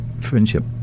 friendship